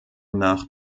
nach